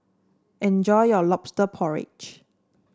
enjoy your lobster porridge